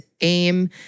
aim